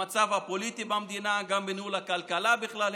המצב הפוליטי במדינה, גם בניהול הכלכלה בכלל.